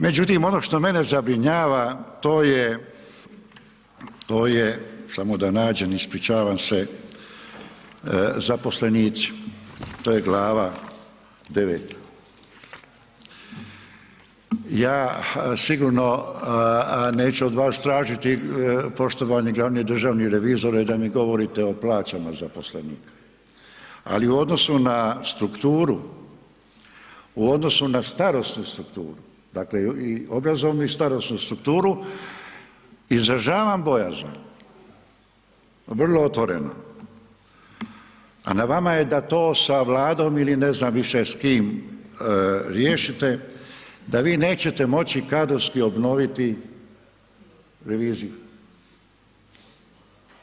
Međutim, ono što mene zabrinjava, to je samo da nađem, ispričavam se zaposlenici, to je glava 9. ja sigurno neću od vas tražiti, poštovani glavni državni revizore da mi govorite o plaćama zaposlenika, ali u odnosu na strukturu, u odnosu na starosnu strukturu, dakle u obrazovnu i starosnu strukturu, izražavam bojazan, vrlo otvoreno, a na vama je da to sa vladom ili ne znam više s kim riješite, da vi neće moći kadrovski obnoviti reviziju.